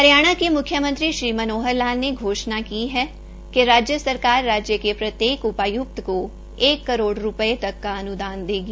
हरियाणा के मुख्यमंत्री श्री मनोहर लाल ने घोषणा की है कि राज्य सरकार राज्य सरकार के प्रत्येक उपायुक्त को एक करोड़ रूपये तक का अनुदान देगी